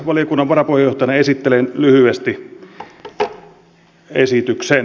valiokunnan varapuheenjohtajana esittelen lyhyesti esityksen